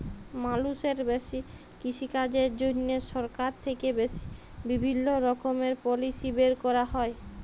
মালুষের কৃষিকাজের জন্হে সরকার থেক্যে বিভিল্য রকমের পলিসি বের ক্যরা হ্যয়